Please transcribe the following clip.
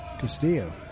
Castillo